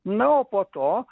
na o po to